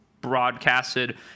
broadcasted